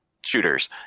shooters